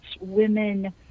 women